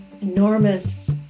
enormous